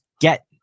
get